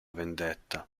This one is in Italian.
vendetta